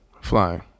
Flying